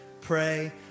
pray